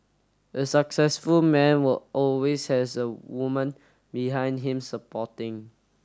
a successful man will always has a woman behind him supporting